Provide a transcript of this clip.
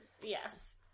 Yes